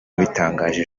yabitangaje